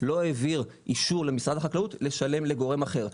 לא העביר אישור למשרד החקלאות לשלם לגורם אחר.